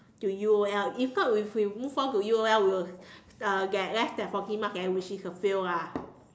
to U_O_L if not if we move on to U_O_L we will uh get less than forty marks there which is a fail ah